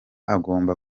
agomba